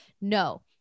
No